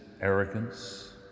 arrogance